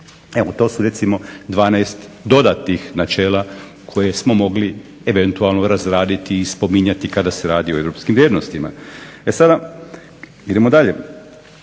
Evo, to su recimo 12 dodatnih načela koje smo mogli eventualno razraditi i spominjati kada se radi o europskim vrijednostima. E sada, idemo dalje.